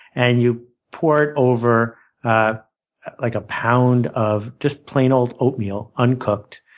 and you pour it over a like pound of just plain old oatmeal, uncooked,